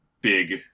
big